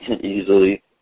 easily